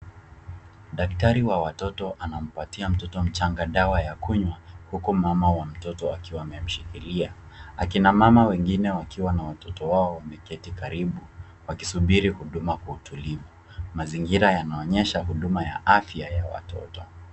Daktari wa watoto anampatia mtoto mchanga dawa ya kunywa uku mama wa mtoto akiwa amemshikilia. Akina mama wengine wakiwa na watoto wao wameketi karibu wakisubiri huduma kwa utulivu. Mazingira yanaonyesha huduma ya afya ya watoto.